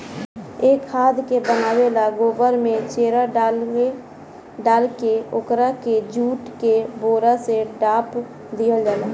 ए खाद के बनावे ला गोबर में चेरा डालके ओकरा के जुट के बोरा से ढाप दिहल जाला